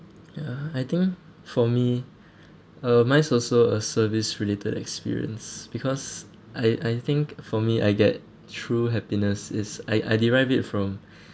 ya I think for me uh mine also a service related experience because I I think for me I get true happiness is I I derive it from